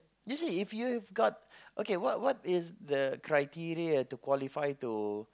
is it if you've got okay what what is the criteria to qualify to